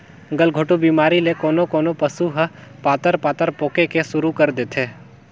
गलघोंटू बेमारी ले कोनों कोनों पसु ह पतार पतार पोके के सुरु कर देथे